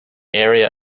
area